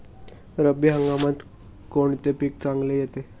रब्बी हंगामात कोणते पीक चांगले येते?